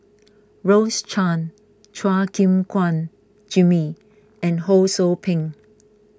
Rose Chan Chua Gim Guan Jimmy and Ho Sou Ping